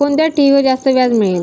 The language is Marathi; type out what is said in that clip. कोणत्या ठेवीवर जास्त व्याज मिळेल?